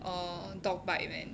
err dog bite man